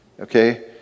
Okay